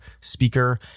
speaker